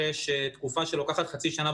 אורך תקופה של חצי שנה,